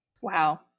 Wow